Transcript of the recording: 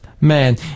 man